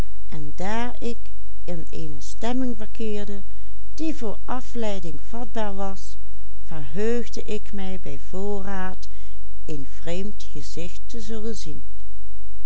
was verheugde ik mij bij voorraad een vreemd gezicht te zullen zien